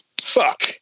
Fuck